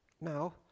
now